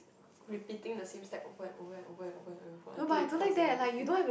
repeating the same step over and over and over and over until it become a very big thing